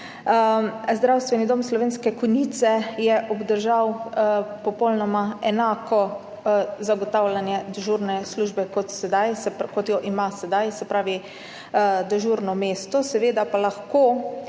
Zdravstveni dom Slovenske Konjice je obdržal popolnoma enako zagotavljanje dežurne službe, kot jo ima sedaj, se pravi dežurno mesto. To smo pač